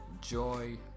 joy